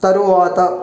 తరువాత